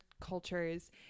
cultures